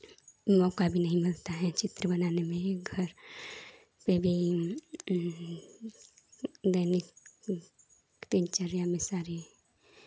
कुआँ का भी नहीं बनता है चित्र बनाने में ही घर पे भी दैनिक दिनचर्या में सारी